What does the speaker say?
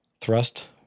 thrust